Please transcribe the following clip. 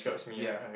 ya